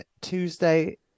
Tuesday